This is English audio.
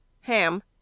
HAM